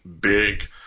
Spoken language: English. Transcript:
big